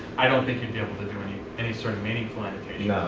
i don't think you'd be able to do any any sort of meaningful annotations.